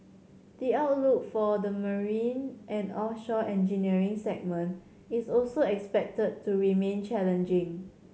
the outlook for the marine and offshore engineering segment is also expected to remain challenging